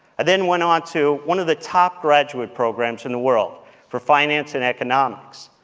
i then went on to one of the top graduate programs in the world for finance and economics.